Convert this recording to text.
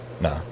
Nah